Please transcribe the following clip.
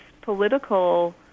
political